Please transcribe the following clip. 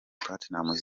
platnumz